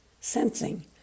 sensing